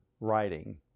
writing